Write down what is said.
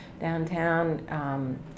downtown